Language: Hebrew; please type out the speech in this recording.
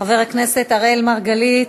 חבר הכנסת אראל מרגלית,